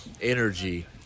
energy